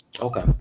okay